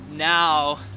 now